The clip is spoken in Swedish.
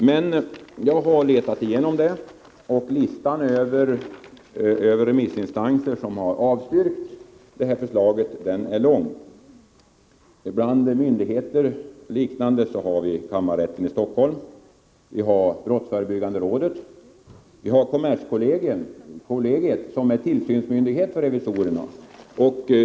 Men jag har letat igenom det och funnit en mängd remissinstanser som har avstyrkt förslaget. Bland myndigheter och liknande finns kammarrätten i Stockholm, brotts förebyggande rådet och kommerskollegium som är tillsynsmyndighet för revisorerna.